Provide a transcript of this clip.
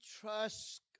trust